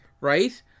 right